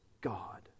God